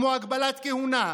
כמו הגבלת כהונה,